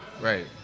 Right